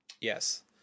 Yes